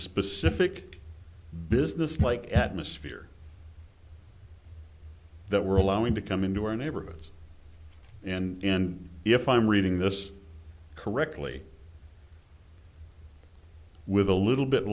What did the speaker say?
specific business like atmosphere that we're allowing to come into our neighborhoods and if i'm reading this correctly with a little bit